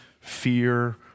fear